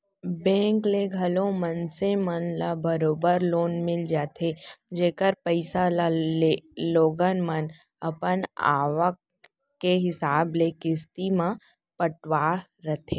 bank ले घलौ मनसे मन ल बरोबर लोन मिल जाथे जेकर पइसा ल लोगन मन अपन आवक के हिसाब ले किस्ती म पटावत रथें